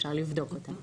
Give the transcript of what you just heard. אפשר לבדוק אותה.